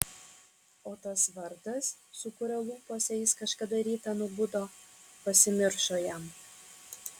o tas vardas su kuriuo lūpose jis kažkada rytą nubudo pasimiršo jam